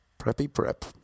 preppy-prep